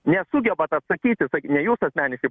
nesugebat atsakyti ne jūs asmeniškai